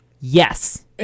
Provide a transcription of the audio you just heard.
yes